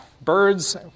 birds